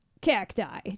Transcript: Cacti